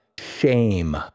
shame